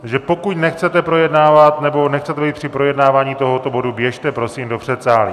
Takže pokud nechcete projednávat, nebo nechcete být při projednávání tohoto bodu, běžte prosím do předsálí.